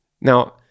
Now